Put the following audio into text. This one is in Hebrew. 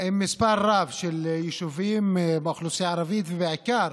עם מספר רב של יישובים באוכלוסייה הערבית, ובמקור